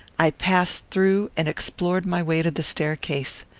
i passed through and explored my way to the staircase.